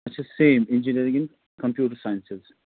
اچھا same engineering in computer sciences